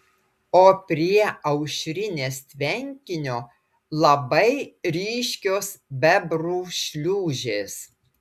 o prie aušrinės tvenkinio labai ryškios bebrų šliūžės